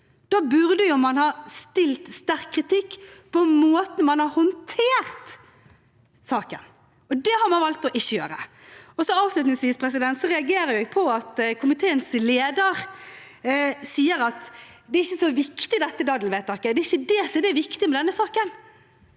Da burde man ha stilt sterk kritikk for måten man har håndtert saken på. Det har man valgt ikke å gjøre. Avslutningsvis reagerer jeg på at komiteens leder sier at det ikke er så viktig, dette daddelvedtaket, det er ikke det som er det viktige i denne saken.